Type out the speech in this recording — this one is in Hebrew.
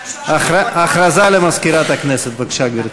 הודעה למזכירת הכנסת, בבקשה, גברתי.